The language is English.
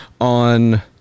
on